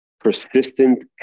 persistent